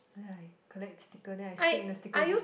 then I collect sticker then I stick in the sticker book